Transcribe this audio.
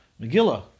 Megillah